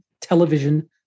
television